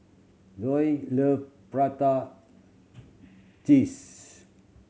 Zoey love prata cheese